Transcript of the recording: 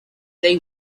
they